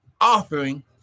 offering